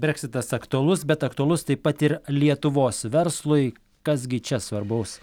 breksitas aktualus bet aktualus taip pat ir lietuvos verslui kas gi čia svarbaus